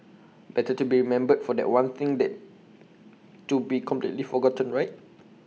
better to be remembered for that one thing than to be completely forgotten right